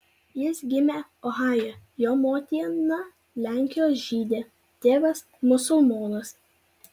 jis gimė ohajuje jo motina lenkijos žydė tėvas musulmonas